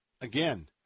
again